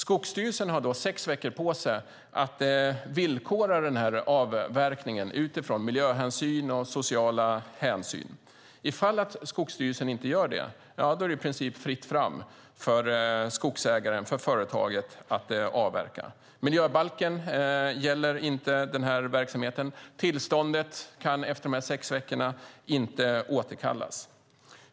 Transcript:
Skogsstyrelsen har då sex veckor på sig att villkora avverkningen utifrån miljöhänsyn och sociala hänsyn. Ifall Skogsstyrelsen inte gör det är det i princip fritt fram för skogsägaren eller företaget att avverka. Miljöbalken gäller inte den här verksamheten. Tillståndet kan efter de sex veckorna inte återkallas.